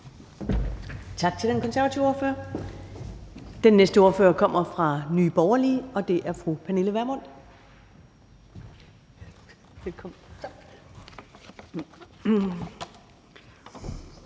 Tak til den konservative ordfører. Den næste ordfører kommer fra Nye Borgerlige, og det er fru Pernille Vermund. Velkommen.